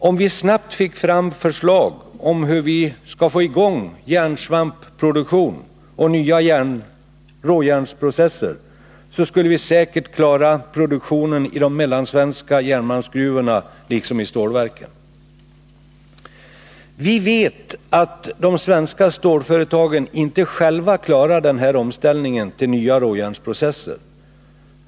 Om vi snabbt fick fram förslag om hur vi skall få i gång järnsvampproduktionen och nya råjärnsprocesser, skulle vi säkert klara produktionen i de mellansvenska järnmalmsgruvorna liksom i stålverken. Vi vet att de svenska stålföretagen inte själva klarar den här omställningen till nya råjärnsprocesser.